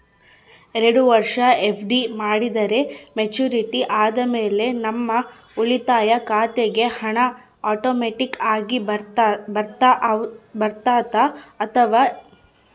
ಎರಡು ವರುಷ ಎಫ್.ಡಿ ಮಾಡಿದರೆ ಮೆಚ್ಯೂರಿಟಿ ಆದಮೇಲೆ ನಮ್ಮ ಉಳಿತಾಯ ಖಾತೆಗೆ ಹಣ ಆಟೋಮ್ಯಾಟಿಕ್ ಆಗಿ ಬರ್ತೈತಾ ಅಥವಾ ರಿಕ್ವೆಸ್ಟ್ ಲೆಟರ್ ಕೊಡಬೇಕಾ?